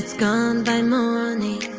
gone by morning